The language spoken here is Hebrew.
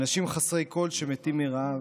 אנשים חסרי כול שמתים מרעב,